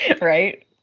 Right